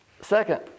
Second